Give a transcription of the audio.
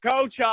Coach